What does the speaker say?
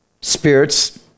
spirits